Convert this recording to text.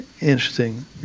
interesting